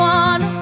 one